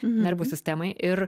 nervų sistemai ir